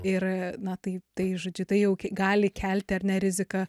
ir na tai tai žodžiu tai jau gali kelti ar ne riziką